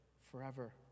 forever